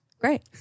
Great